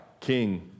king